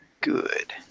Good